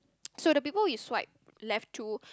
so the people you swipe left to